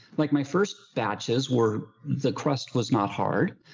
like my first batches were. the crust was not hard.